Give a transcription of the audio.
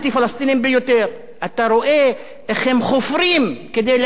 אתה רואה איך הם חופרים כדי להביא דברים שליליים דווקא,